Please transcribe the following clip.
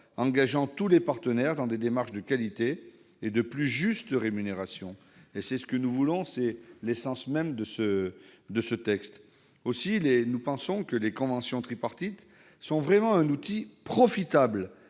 engage tous les partenaires dans des démarches de qualité et de plus juste rémunération. C'est ce que nous voulons, et c'est l'essence même de ce texte. Aussi, nous pensons que les conventions tripartites sont vraiment un outil profitable